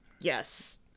yes